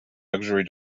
luxury